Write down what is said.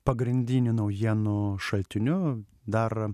pagrindiniu naujienų šaltiniu dar